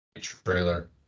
trailer